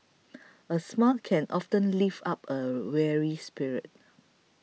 a smile can often lift up a weary spirit